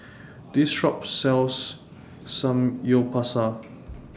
This Shop sells Samgyeopsal